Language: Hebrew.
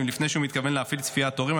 לפני שהוא מתכוון להפעיל צפיית הורים,